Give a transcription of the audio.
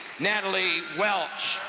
natalie welch.